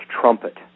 trumpet